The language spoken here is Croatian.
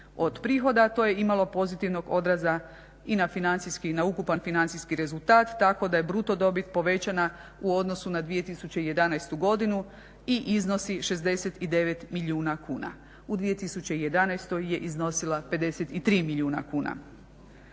od prihoda to je imalo pozitivnog odraza i na financijski i na ukupan financijski rezultat tako da je bruto dobit povećana u odnosu na 2011. godinu i iznosi 69 milijuna kuna. U 2011. je iznosila 53 milijuna kuna.